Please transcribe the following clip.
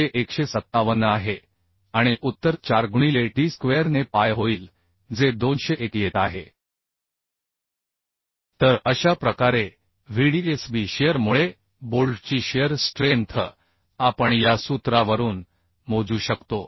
जे 157 आहे आणि Ans 4 गुणिले डी स्क्वेअरने पाय होईल जे 201 येत आहे तर अशा प्रकारे Vdsb शिअर मुळे बोल्टची शिअर स्ट्रेंथ आपण या सूत्रावरून मोजू शकतो